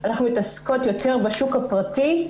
אנחנו מתעסקות יותר בשוק הפרטי,